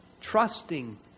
trusting